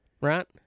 right